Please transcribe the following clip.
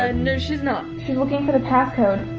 ah no she's not, she's looking for the passcode.